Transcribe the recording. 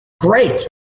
Great